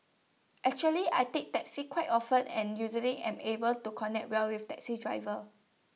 actually I take taxis quite often and usually am able to connect well with taxi drivers